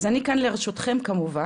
אז אני כאן לרשותכם כמובן.